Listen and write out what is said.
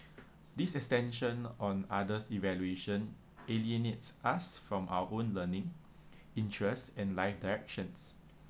this extension on others' evaluation alienates us from our own learning interests and life actions